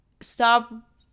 stop